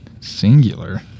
singular